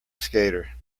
skater